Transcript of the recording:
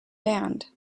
band